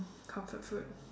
comfort food